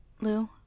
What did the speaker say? Lou